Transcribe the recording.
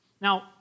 Now